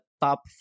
top